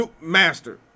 master